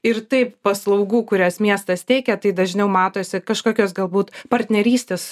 ir taip paslaugų kurias miestas teikia tai dažniau matosi kažkokios galbūt partnerystės